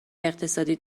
اقتصادی